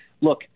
look –